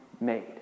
made